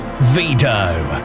Vito